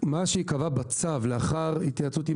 מה שייקבע בצו לאחר התייעצות עם